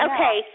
Okay